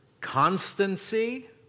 constancy